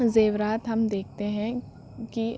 زیورات ہم دیکھتے ہیں کہ